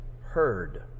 heard